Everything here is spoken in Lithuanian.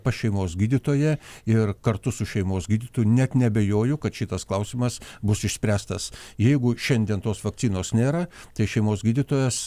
pas šeimos gydytoją ir kartu su šeimos gydytoju net neabejoju kad šitas klausimas bus išspręstas jeigu šiandien tos vakcinos nėra tai šeimos gydytojas